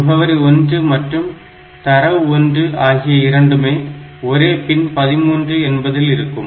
முகவரி 1 மற்றும் தரவு 1 ஆகிய இரண்டுமே ஒரே பின் 13 என்பதில் இருக்கும்